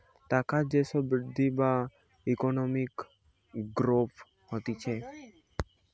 টাকার যে সব বৃদ্ধি বা ইকোনমিক গ্রোথ হতিছে